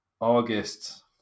August